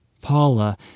Paula